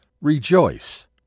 Rejoice